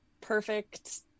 perfect